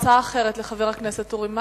הצעה אחרת לחבר הכנסת אורי מקלב.